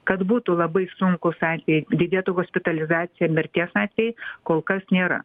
kad būtų labai sunkūs atvejai didėtų hospitalizacija mirties atvejai kol kas nėra